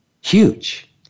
huge